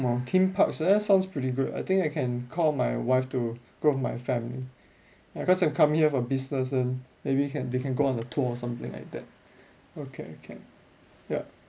um theme parks eh that's sounds pretty good I think I can call my wife to go with my family because I come here for business and maybe can they can go on the tour or something like that okay can yup